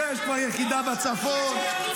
למה אתה